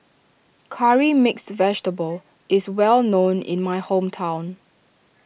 Curry Mixed Vegetable is well known in my hometown